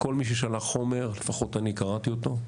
כל מי ששלח חומר, לפחות אני קראתי אותו.